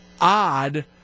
odd